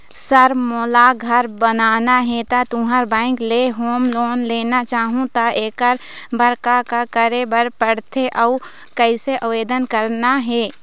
Sir मोला घर बनाना हे ता तुंहर बैंक ले होम लोन लेना चाहूँ ता एकर बर का का करे बर पड़थे अउ कइसे आवेदन करना हे?